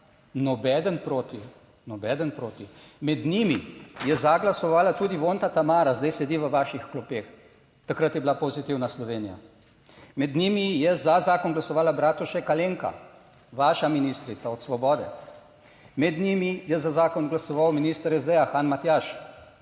nobeden proti. Med njimi je za glasovala tudi Vonta Tamara, zdaj sedi v vaših klopeh, takrat je bila Pozitivna Slovenija. Med njimi je za zakon glasovala Bratušek Alenka, vaša ministrica od Svobode. Med njimi je za zakon glasoval, minister SD, zdaj Han Matjaž.